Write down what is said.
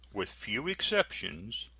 with few exceptions,